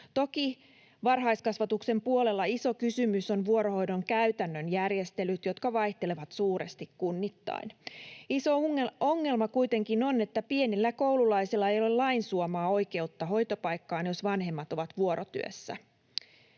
Toki varhaiskasvatuksen puolella iso kysymys ovat vuorohoidon käytännön järjestelyt, jotka vaihtelevat suuresti kunnittain. Iso ongelma kuitenkin on, että pienillä koululaisilla ei ole lain suomaa oikeutta hoitopaikkaan, jos vanhemmat ovat vuorotyössä.